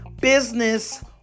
business